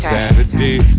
Saturday